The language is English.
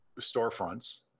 storefronts